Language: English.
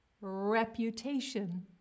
reputation